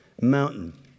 mountain